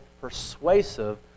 persuasive